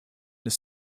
ist